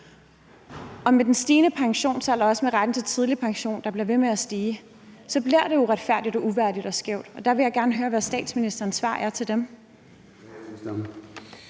Og med den stigende pensionsalder og også med retten til tidlig pension, der bliver ved med at stige, bliver det uretfærdigt og uværdigt og skævt, og der vil jeg gerne høre, hvad statsministerens svar er til dem.